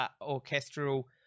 orchestral